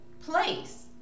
place